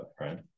right